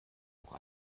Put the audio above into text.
auch